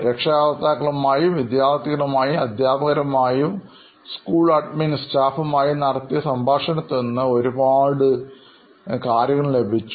രക്ഷകർത്താക്കളും ആയി വിദ്യാർഥികളുമായി അധ്യാപകരുമായി സ്കൂൾ അഡ്മിൻ സ്റ്റാഫുകളും ആയി നടത്തിയ സംഭാഷണത്തിൽ നിന്നും ഒരുപാട് തിരിച്ചറിവുകൾ ലഭിച്ചു